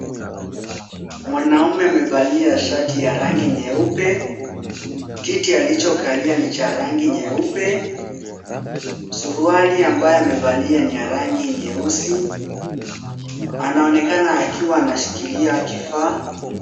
Mwanaume amevalia shati ya rangi nyeupe, kiti alichokalia ni cha rangi nyeupe. Suruali ambayo amevalia ni ya rangi nyeusi. Anaonekana akiwa anashikilia kifaa.